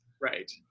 right